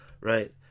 Right